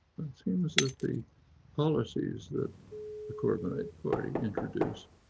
it seems that the policies that the corbynite party introduced,